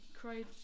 cried